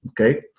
okay